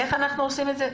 איך אנחנו עושים את זה?